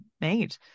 made